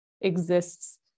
exists